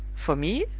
for me?